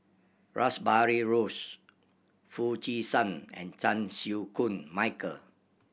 Rash Behari Bose Foo Chee San and Chan Chew Koon Michael